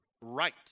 right